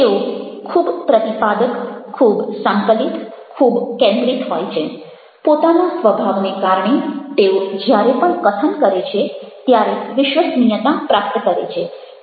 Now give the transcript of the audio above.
તેઓ ખૂબ પ્રતિપાદક ખૂબ સંકલિત ખૂબ કેન્દ્રિત હોય છે પોતાના સ્વભાવને કારણે તેઓ જ્યારે પણ કથન કરે છે ત્યારે વિશ્વસનીયતા પ્રાપ્ત કરે છે